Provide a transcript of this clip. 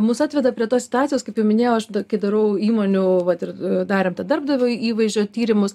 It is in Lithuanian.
mus atveda prie tos situacijos kaip jau minėjau aš kai darau įmonių vat ir darėm tą darbdaviui įvaizdžio tyrimus